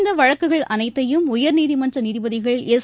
இந்தவழக்குகள் அனைத்தையும் உயர்நீதிமன்றநீதிபதிகள் எஸ்